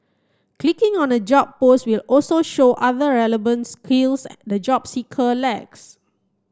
clicking on a job post will also show other relevant skills the job seeker lacks